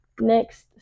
next